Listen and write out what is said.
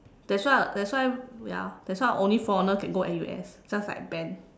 that's why that's why ya that's why only foreigners can go N_U_S just like Ben